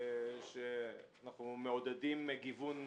אנחנו מעודדים גיוון באוכלוסייה.